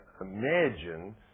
imagine